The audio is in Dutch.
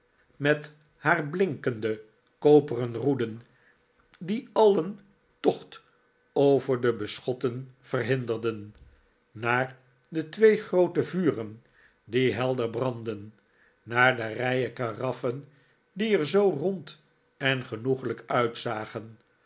met haar blinkende koperen roeden die alien tocht over de beschotten verhinderden naar de twee groote vuren die helder brandden naar de rijen karaffen die er zoo rond en genoeglijk uitzagen